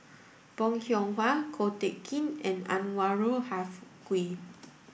Bong Hiong Hwa Ko Teck Kin and Anwarul Haque